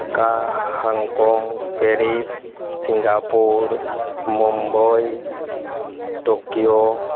Dhaka Hong Kong Paris Singapore Mumbai Tokyo